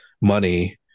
money